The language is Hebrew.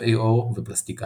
רופאי עור ופלסטיקאים.